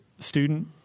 student